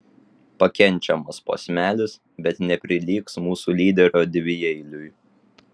pakenčiamas posmelis bet neprilygs mūsų lyderio dvieiliui